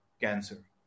cancer